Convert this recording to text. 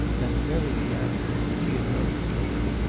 that very gravity which he had noticed lately,